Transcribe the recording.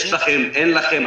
יש לכם אין לכם,